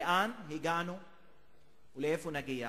לאן הגענו ולאיפה נגיע?